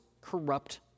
corrupt